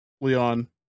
Leon